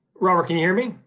robert, can you hear me?